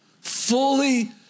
Fully